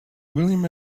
william